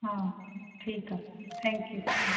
हा ठीकु आहे थैंक्यू